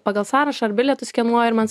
pagal sąrašą ar bilietus skenuoju ir man